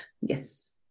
yes